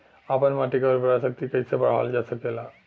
आपन माटी क उर्वरा शक्ति कइसे बढ़ावल जा सकेला?